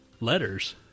letters